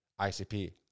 ICP